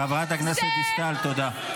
--- חברת הכנסת דיסטל, תודה.